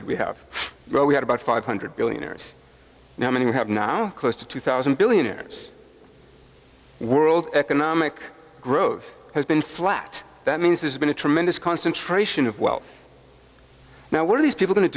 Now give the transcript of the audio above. that we have well we have about five hundred billionaires now many we have now close to two thousand billionaires world economic growth has been flat that means there's been a tremendous concentration of wealth now what are these people